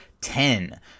ten